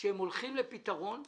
שהם הולכים לפתרון.